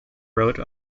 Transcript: wrote